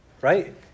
right